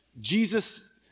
Jesus